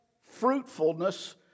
fruitfulness